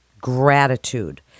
gratitude